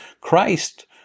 Christ